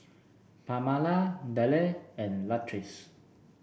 Pamala Dale and Latrice